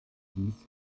dies